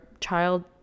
child